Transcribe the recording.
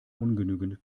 ungenügend